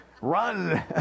Run